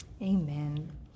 Amen